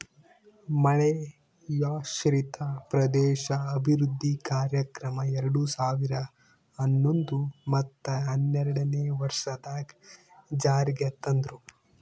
ಮಳೆಯಾಶ್ರಿತ ಪ್ರದೇಶ ಅಭಿವೃದ್ಧಿ ಕಾರ್ಯಕ್ರಮ ಎರಡು ಸಾವಿರ ಹನ್ನೊಂದು ಮತ್ತ ಹನ್ನೆರಡನೇ ವರ್ಷದಾಗ್ ಜಾರಿಗ್ ತಂದ್ರು